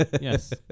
yes